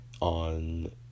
on